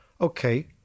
okay